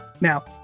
now